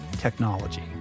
technology